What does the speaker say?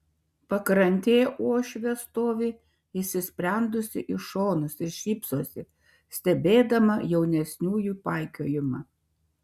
pakrantėje uošvė stovi įsisprendusi į šonus ir šypsosi stebėdama jaunesniųjų paikiojimą